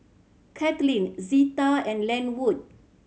Kaitlin Zita and Lenwood